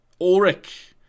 Ulrich